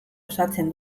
osatzen